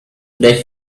they